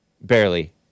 Barely